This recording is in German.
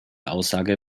aussage